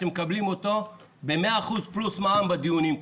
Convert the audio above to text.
אתם מקבלים אותו במאה אחוז פלוס מע"מ בדיונים כאן.